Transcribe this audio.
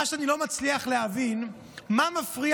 מה שאני לא מצליח להבין הוא מה מפריע